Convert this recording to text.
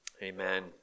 Amen